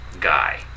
guy